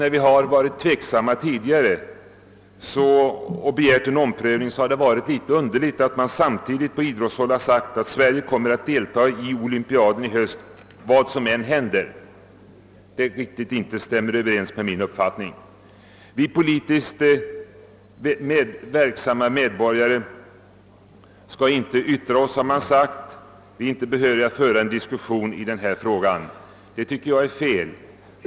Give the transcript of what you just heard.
När vi varit tveksamma och begärt en omprövning, så har det verkat litet underligt att man samtidigt på idrottshåll har sagt, att Sverige kommer att delia i olympiaden vad som än händer. Det stämmer inte överens med min uppfattning. Det har sagts att vi politiker inte skall yttra oss i denna fråga. Det tycker jag är en oriktig uppfattning.